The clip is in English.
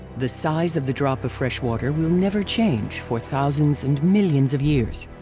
the size of the drop of fresh water will never change for thousands and millions of years.